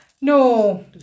No